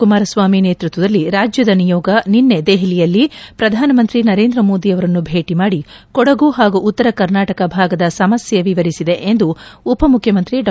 ಕುಮಾರಸ್ವಾಮಿ ನೇತೃತ್ವದಲ್ಲಿ ರಾಜ್ಯದ ನಿಯೋಗ ನಿನ್ನೆ ದೆಹಲಿಯಲ್ಲಿ ಶ್ರಧಾನಮಂತ್ರಿ ನರೇಂದ್ರ ಮೋದಿಯವರನ್ನು ಭೇಟಿ ಮಾಡಿ ಕೊಡಗು ಹಾಗೂ ಉತ್ತರಕರ್ನಾಟಕ ಭಾಗದ ಸಮಸ್ಥೆ ವಿವರಿಸಿದೆ ಎಂದು ಉಪಮುಖ್ಯಮಂತ್ರಿ ಡಾ